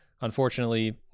unfortunately